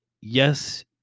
yes